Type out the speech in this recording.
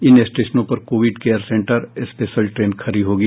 इन स्टेशनों पर Covid care centre special train खड़ी होगी